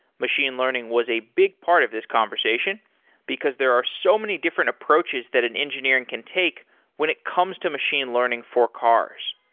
machine learning was a big part of this conversation because there are so many different approaches that an engineering can take when it comes to machine learning for cars.